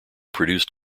produced